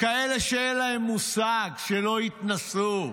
כאלה שאין להם מושג, שלא התנסו.